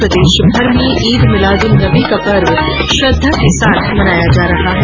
प्रदेशभर में ईद मिलाद उन नबी का पर्व श्रद्धा के साथ मनाया जा रहा है